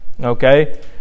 okay